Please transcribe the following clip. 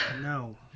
No